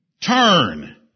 turn